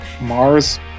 Mars